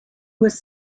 was